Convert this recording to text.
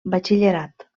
batxillerat